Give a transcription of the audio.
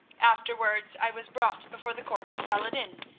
afterwards i was brought before the court of saladin,